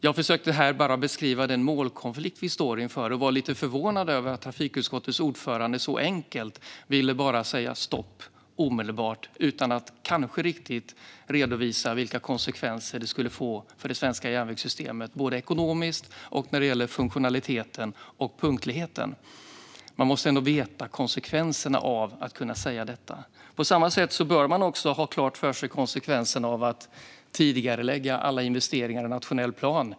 Jag försökte bara beskriva den målkonflikt vi står inför och var lite förvånad över att trafikutskottets ordförande så enkelt ville säga stopp, omedelbart, utan att riktigt redovisa vilka konsekvenser det skulle få för det svenska järnvägssystemet, ekonomiskt och när det gäller funktionaliteten och punktligheten. Man måste ändå veta konsekvenserna av det. På samma sätt bör man ha konsekvenserna klara för sig av att tidigarelägga alla investeringar i en nationell plan.